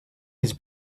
his